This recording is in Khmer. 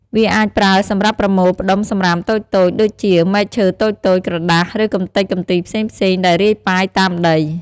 វាអាចប្រើសម្រាប់ប្រមូលផ្តុំសំរាមតូចៗដូចជា មែកឈើតូចៗ ក្រដាស ឬកំទេចកំទីផ្សេងៗដែលរាយប៉ាយតាមដី។